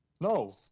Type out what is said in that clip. No